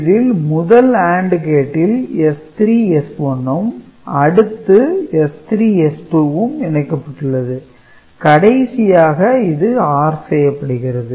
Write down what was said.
இதில் முதல் AND கேட்டில் S3 S1 ம் அடுத்து S3 S2 ம் இணைக்கப்பட்டுள்ளது கடைசியாக இது OR செய்யப்படுகிறது